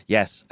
Yes